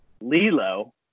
Lilo